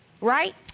right